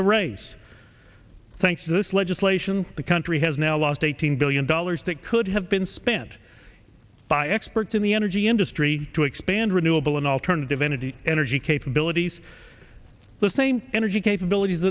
the race thanks to this legislation the country has now lost eighteen billion dollars that could have been spent by experts in the energy industry to expand renewable and alternative energy energy capabilities the same energy capabilities